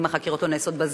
אם החקירות לא נעשות בזמן,